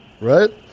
Right